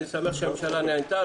אני שמח שהממשלה נענתה,